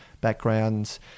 backgrounds